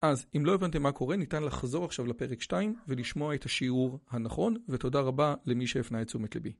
אז אם לא הבנתם מה קורה ניתן לחזור עכשיו לפרק 2 ולשמוע את השיעור הנכון ותודה רבה למי שהפנה את תשומת לבי.